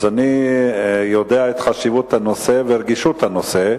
אז, אני יודע את חשיבות הנושא ורגישות הנושא,